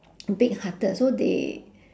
big hearted so they